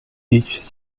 teach